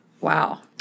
Wow